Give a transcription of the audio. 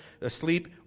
asleep